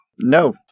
No